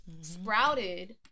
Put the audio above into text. sprouted